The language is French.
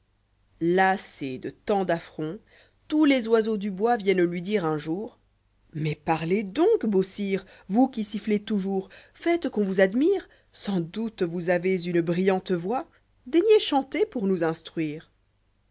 lassés de tant d'affronts tous les oiseaux du bois viennent lui dire un jour mais parlez donc beau sire vous qui sifflez toujours faites qu'on vous admire sans doute vohsavez une brillante voix daignçz chanter pour kous instruire